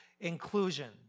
inclusion